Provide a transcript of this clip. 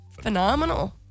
Phenomenal